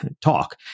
talk